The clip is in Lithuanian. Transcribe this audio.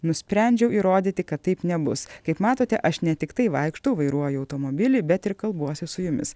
nusprendžiau įrodyti kad taip nebus kaip matote aš ne tiktai vaikštau vairuoju automobilį bet ir kalbuosi su jumis